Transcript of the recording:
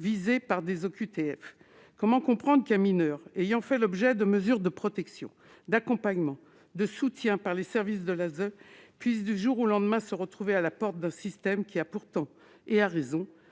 visés par des OQTF. Comment comprendre qu'un mineur ayant fait l'objet de mesures de protection, d'accompagnement, de soutien par les services de l'ASE puisse, du jour au lendemain, se retrouver à la porte d'un système qui a pourtant, et à raison,